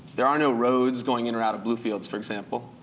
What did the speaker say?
there are no roads going in or out of blue fields, for example.